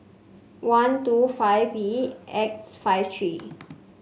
one two five B X five three